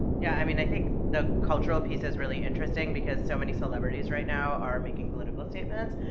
yeah, i mean, i think the cultural piece is really interesting, because so many celebrities right now are making political statements,